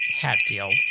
hatfield